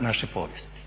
naše povijesti.